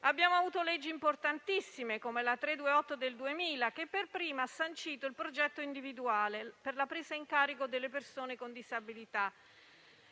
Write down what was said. abbiamo avuto leggi importantissime, come la n. 328 del 2000, che per prima ha sancito il progetto individuale per la presa in carico delle persone con disabilità.